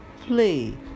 play